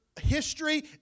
history